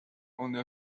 only